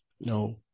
No